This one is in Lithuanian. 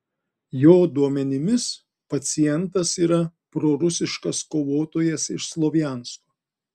jo duomenimis pacientas yra prorusiškas kovotojas iš slovjansko